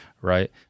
Right